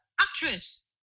actress